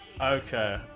Okay